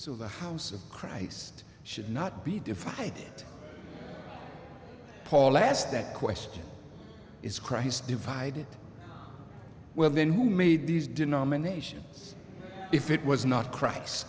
so the house of christ should not be defied paul asked that question is christ divided well then who made these denominations if it was not christ